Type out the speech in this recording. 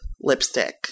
lipstick